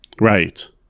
Right